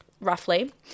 roughly